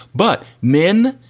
but men,